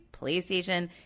PlayStation